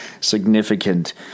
significant